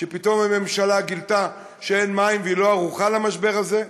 שפתאום הממשלה גילתה שאין מים והיא לא ערוכה למשבר הזה.